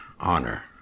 honor